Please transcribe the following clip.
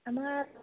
আমাৰ